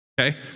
Okay